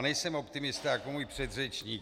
Nejsem optimista jako můj předřečník.